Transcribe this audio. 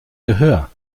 gehör